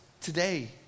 today